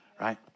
right